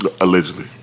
allegedly